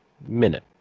minute